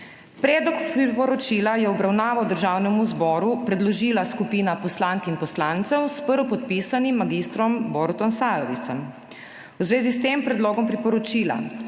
Predlog priporočila je v obravnavo Državnemu zboru predložila skupina poslank in poslancev s prvopodpisanim mag. Borutom Sajovicem. V zvezi s tem predlogom priporočila